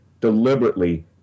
deliberately